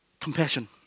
Compassion